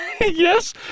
Yes